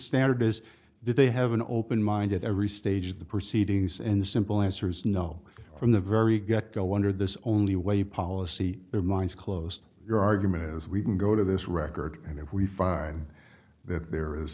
standard is that they have an open mind at every stage of the proceedings and the simple answer is no from the very get go under this only way policy their minds closed your argument is we can go to this record and if we find that there is